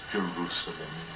Jerusalem